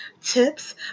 tips